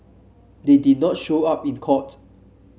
they did not show up in court